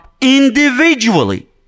individually